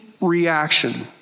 reaction